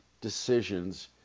decisions